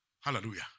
Hallelujah